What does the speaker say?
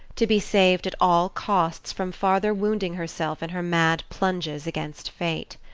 to be saved at all costs from farther wounding herself in her mad plunges against fate.